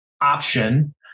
option